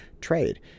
trade